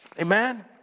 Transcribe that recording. Amen